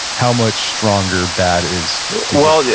how much stronger bad is to well, yeah